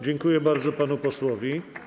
Dziękuję bardzo panu posłowi.